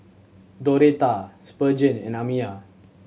Doretha Spurgeon and Amiya